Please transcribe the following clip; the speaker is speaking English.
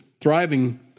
thriving